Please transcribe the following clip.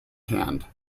hand